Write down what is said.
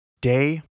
Day